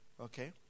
okay